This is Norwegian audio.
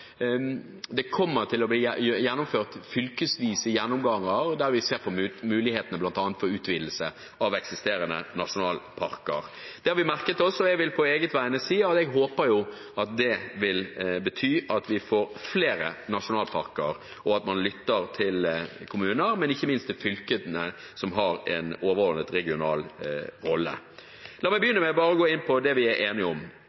det kommer til å bli gjennomført fylkesvise gjennomganger, der man vil se på mulighetene for bl.a. utvidelse av eksisterende nasjonalparker. Det har vi merket oss, og jeg vil på egne vegne si at jeg håper at det vil bety at vi får flere nasjonalparker, og at man lytter til kommunene og ikke minst til fylkene, som har en overordnet regional rolle. La meg så gå inn på det vi er enige om: